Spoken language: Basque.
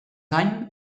gain